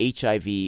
HIV